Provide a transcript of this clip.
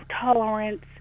tolerance